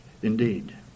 Indeed